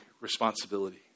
responsibility